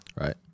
Right